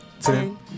Ten